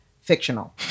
fictional